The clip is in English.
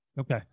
Okay